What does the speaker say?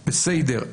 בסדר.